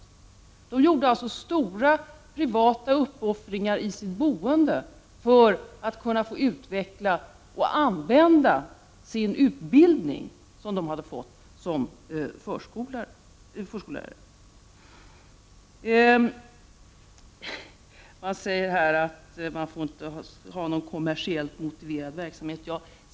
Dessa människor gjorde alltså stora privata uppoffringar i sitt boende för att få utveckla och använda den utbildning som de hade fått som förskollärare. Det sägs att någon kommersiellt motiverad verksamhet inte får förekomma.